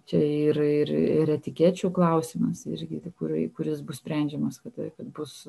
čia ir ir ir etikečių klausimas irgi tik ku kuris bus sprendžiamas kad bus